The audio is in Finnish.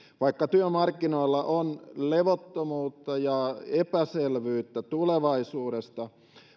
vaikka työmarkkinoilla on levottomuutta ja epäselvyyttä tulevaisuudesta